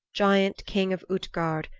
giant king of utgard,